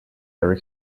erik